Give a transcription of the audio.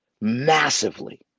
massively